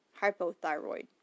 hypothyroid